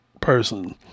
person